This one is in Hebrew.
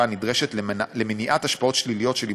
הנדרשת למניעת השפעות שליליות של הימורים,